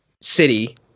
city